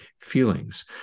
feelings